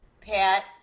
Pat